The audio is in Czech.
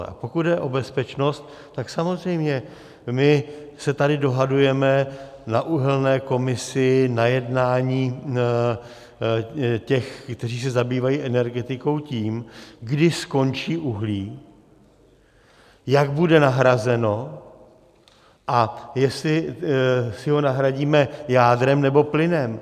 A pokud jde o bezpečnost, tak samozřejmě my se tady dohadujeme na uhelné komisi, na jednání těch, kteří se zabývají energetikou, o tom, kdy skončí uhlí, jak bude nahrazeno a jestli ho nahradíme jádrem, nebo plynem.